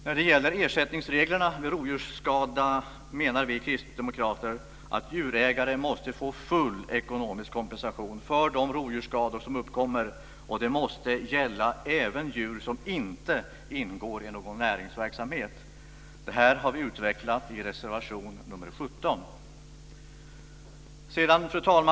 När det gäller ersättningsreglerna vid rovdjursskada menar vi kristdemokrater att djurägare måste få full ekonomisk kompensation för de rovdjursskador som uppkommer. Och det måste gälla även djur som inte ingår i någon näringsverksamhet. Detta har vi utvecklat i reservation nr 17.